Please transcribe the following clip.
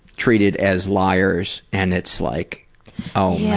treated as liars and it's like oh yeah